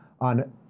on